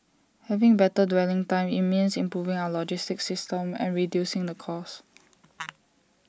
having better dwelling time IT means improving our logistic system and reducing the cost